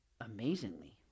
amazingly